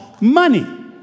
money